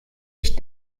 ich